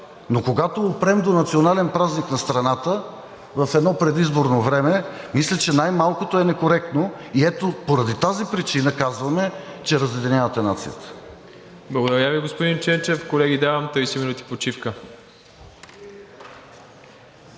но когато опрем до национален празник на страната в едно предизборно време, мисля, че най-малкото е некоректно и ето поради тази причина казваме, че разединявате нацията. ПРЕДСЕДАТЕЛ МИРОСЛАВ ИВАНОВ: Благодаря Ви, господин Ченчев. Колеги, давам 30 минути почивка.